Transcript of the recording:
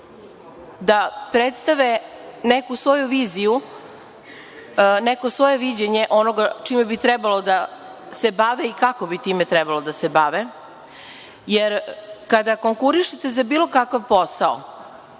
da predstave neku svoju viziju, neko svoje viđenje čime bi trebalo da se bave i kako bi time trebalo da se bave, jer kada konkurišete za bilo kakav posao,